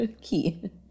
key